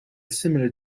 similar